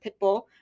Pitbull